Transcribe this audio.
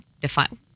define